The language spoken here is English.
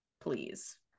please